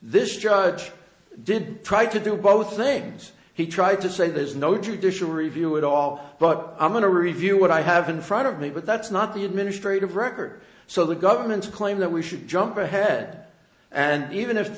this judge did try to do both things he tried to say there's no judicial review at all but i'm going to review what i have in front of me but that's not the administrative record so the government's claim that we should jump ahead and even if